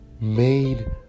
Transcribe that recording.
made